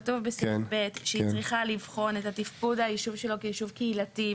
כתוב שהיא צריכה לבחון את התפקוד היישוב שלו כיישוב קהילתי.